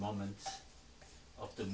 moment of the